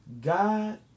God